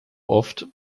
oft